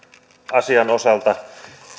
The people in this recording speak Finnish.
asian osalta